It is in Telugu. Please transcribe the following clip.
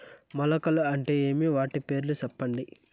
మొలకలు అంటే ఏమి? వాటి పేర్లు సెప్పండి?